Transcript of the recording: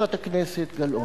חברת הכנסת גלאון.